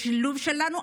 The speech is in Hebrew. בשילוב שלנו.